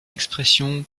expression